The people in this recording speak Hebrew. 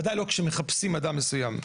ודאי לא כשמחפשים אדם מסוים.